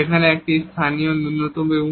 এখানে এটি একটি লোকাল মিনিমা আছে